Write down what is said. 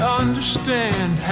understand